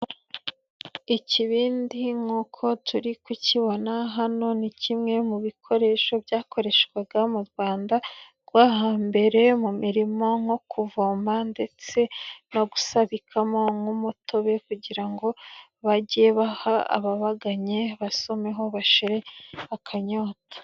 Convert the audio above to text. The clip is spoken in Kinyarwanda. Ikibindi nk'uko turi kukibona hano ni kimwe mu bikoresho byakoreshwaga mu Rwanda rwo hambere mu mirimo nko kuvoma, ndetse no gusabikamo nk'umutobe kugira ngo bajye baha ababaganye basomeho bashire akanyota.